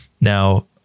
Now